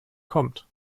kommt